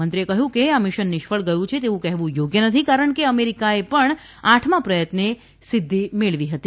મંત્રીએ કહ્યું કે આ મિશન નિષ્ફળ ગયું છે તેવું કહેવું યોગ્ય નથી કારણ કે અમેરીકાએ પણ આઠમા પ્રયત્ને સિદ્ધિ મેળવી હતી